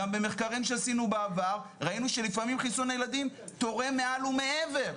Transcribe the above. גם במחקרים שעשינו בעבר ראינו שלפעמים חיסון הילדים תורם מעל ומעבר.